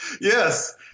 Yes